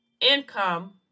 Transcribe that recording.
income